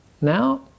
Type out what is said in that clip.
Now